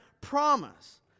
promise